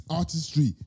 artistry